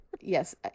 yes